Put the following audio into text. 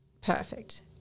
perfect